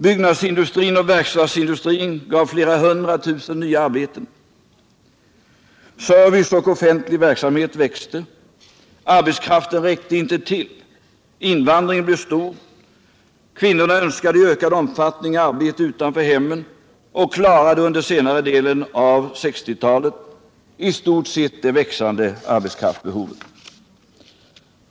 Byggnadsindustrin och verkstadsindustrin gav flera hundra tusen nya arbeten. Service och offentlig verksamhet växte. Arbetskraften räckte inte till. Invandringen blev stor. Kvinnorna önskade i ökad omfattning arbete utanför hemmen och fyllde under senare delen av 1960-talet det växande arbetskraftsbehovet.